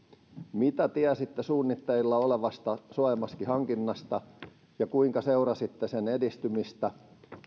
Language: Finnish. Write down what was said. mitä tiesitte suunnitteilla olevasta suojamaskihankinnasta ja kuinka seurasitte sen edistymistä